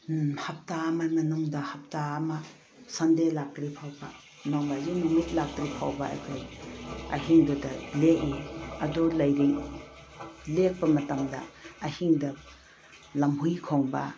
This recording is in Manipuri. ꯍꯞꯇꯥ ꯑꯃꯒꯤ ꯃꯅꯨꯡꯗ ꯍꯞꯇꯥ ꯑꯃ ꯁꯟꯗꯦ ꯂꯥꯛꯇ꯭ꯔꯤꯕ ꯐꯥꯎꯕ ꯅꯣꯡꯃꯥꯏꯖꯤꯡ ꯅꯨꯃꯤꯠ ꯂꯥꯛꯇ꯭ꯔꯤꯕ ꯐꯥꯎꯕ ꯑꯩꯈꯣꯏ ꯑꯍꯤꯡꯗꯨꯗ ꯂꯦꯛꯏ ꯑꯗꯣ ꯂꯩꯔꯤꯕ ꯂꯦꯛꯄ ꯃꯇꯝꯗ ꯑꯍꯤꯡꯗ ꯂꯝꯍꯨꯏ ꯈꯣꯡꯕ